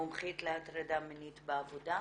מומחית למניעת הטרדה מינית בעבודה,